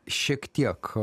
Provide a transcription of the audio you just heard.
šiek tiek